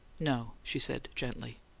no, she said, gently.